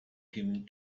him